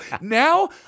Now